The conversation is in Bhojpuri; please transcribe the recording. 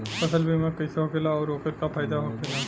फसल बीमा कइसे होखेला आऊर ओकर का फाइदा होखेला?